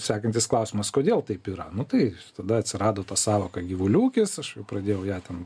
sekantis klausimas kodėl taip yra nu tai tada atsirado ta sąvoka gyvulių ūkis aš pradėjau ją ten